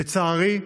לצערי,